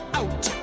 out